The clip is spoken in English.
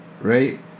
right